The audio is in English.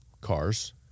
cars